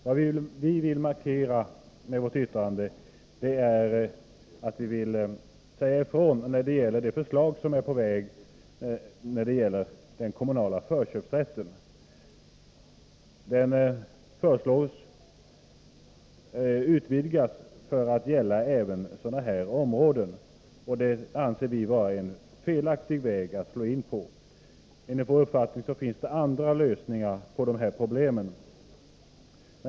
Vad vi vill markera med vårt yttrande är att vi säger ifrån när det gäller det förslag om den kommunala förköpsrätten som är på väg. Denna rätt föreslås bli utvidgad till att gälla även sådana här områden. Det anser vi vara en felaktig väg att slå in på. Enligt vår uppfattning finns det andra lösningar på dessa problem.